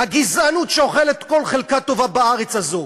הגזענות שאוכלת כל חלקה טובה בארץ הזו,